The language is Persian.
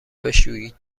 بشویید